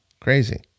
crazy